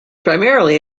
primarily